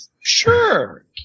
Sure